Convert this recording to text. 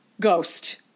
ghost